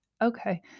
okay